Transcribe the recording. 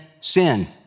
sin